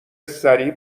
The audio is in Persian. سریع